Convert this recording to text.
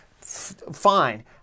Fine